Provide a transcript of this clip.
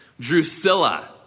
Drusilla